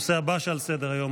הנושא הבא שעל סדר-היום,